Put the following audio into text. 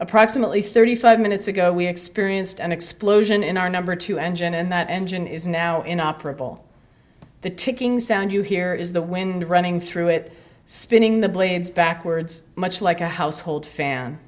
approximately thirty five minutes ago we experienced an explosion in our number two engine and that engine is now in operable the ticking sound you hear is the wind running through it spinning the blades backwards much like a household fan